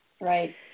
Right